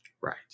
Right